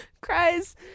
cries